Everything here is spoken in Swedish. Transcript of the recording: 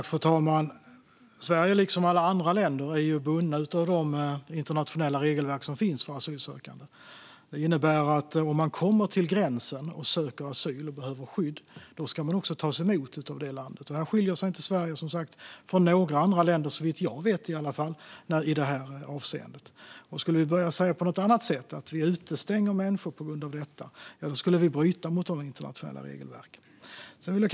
Fru talman! Sverige är liksom alla andra länder bundet av de internationella regelverk som finns för asylsökande. Det innebär att den som kommer till gränsen och söker asyl för att man behöver skydd också ska tas emot av det landet. I det avseendet skiljer sig inte Sverige från några andra länder, såvitt jag vet. Om vi skulle börja säga något annat och utestänga människor på grund av pandemin skulle vi bryta mot de internationella regelverken.